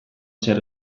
zer